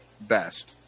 best